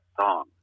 song